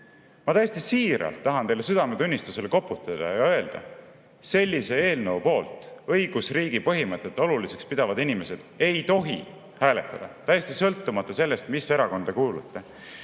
Ma täiesti siiralt tahan teile südametunnistusele koputada ja öelda: sellise eelnõu poolt õigusriigi põhimõtteid oluliseks pidavad inimesed ei tohi hääletada, seda täiesti sõltumata sellest, mis erakonda kuulutakse. Ja